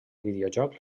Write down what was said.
videojoc